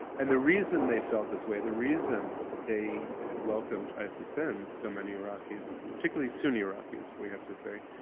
and the reason they felt this way, the reason that they had welcomed isis in so many iraqis, particularly sunnis iraqis, we have to say.